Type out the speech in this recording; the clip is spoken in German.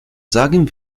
sagen